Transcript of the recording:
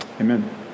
amen